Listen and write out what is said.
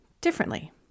differently